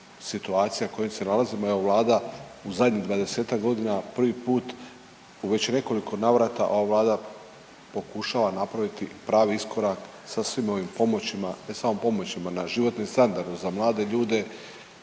situacijama u kojim se nalazimo evo vlada u zadnjih 20-ak godina prvi put u već nekoliko navrata ova vlada pokušava napraviti pravi iskorak sa svim ovim pomoćima, ne samo pomoćima na životni standard za mlade ljude